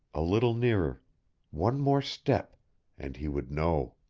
a little nearer one more step and he would know.